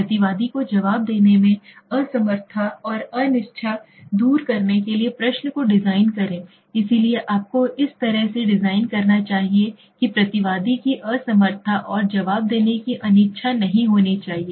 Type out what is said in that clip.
प्रतिवादी को जवाब देने में असमर्थता और अनिच्छा दूर करने के लिए प्रश्न को डिज़ाइन करें इसलिए आपको इस तरह से डिजाइन करना चाहिए कि प्रतिवादी की असमर्थता और जवाब देने की अनिच्छा नहीं होनी चाहिए